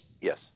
Yes